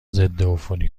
ضدعفونی